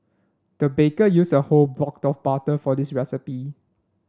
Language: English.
the baker used a whole block of butter for this recipe